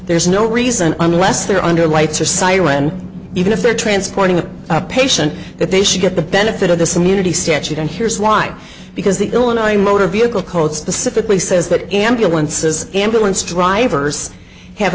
there's no reason unless they're under lights or siren even if they're transporting a patient that they should get the benefit of this immunity statute and here's why because the illinois motor vehicle code specifically says that ambulances ambulance drivers have